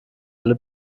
alle